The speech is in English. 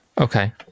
Okay